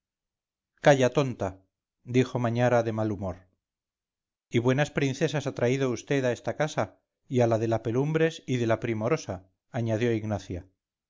calla tonta dijo mañara de mal humor y buenas princesas ha traído vd a esta casa y a la de la pelumbres y de la primorosa añadió ignacia